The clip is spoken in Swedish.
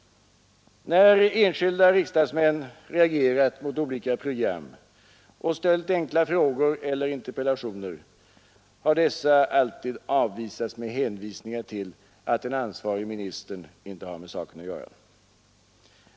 När enskilda riksdagsmän reagerat mot olika program och ställt enkla frågor eller interpellationer, har dessa alltid avvisats med hänvisningar till att den ansvarige ministern inte har med saken att göra.